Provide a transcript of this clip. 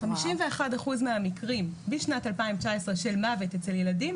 51% מהמקרים בשנת 2019 של מוות אצל ילדים,